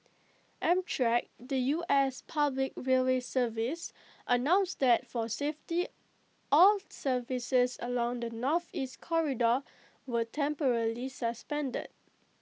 amtrak the U S public railway service announced that for safety all services along the Northeast corridor were temporarily suspended